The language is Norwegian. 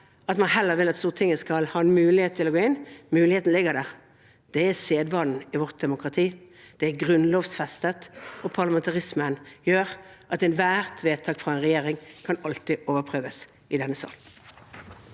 at man heller vil at Stortinget skal ha en mulighet til å gå inn. Muligheten ligger der. Det er sedvanen i vårt demokrati, det er grunnlovfestet, og parlamentarismen gjør at ethvert vedtak fra en regjering alltid kan overprøves i denne sal.